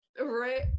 Right